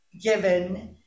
given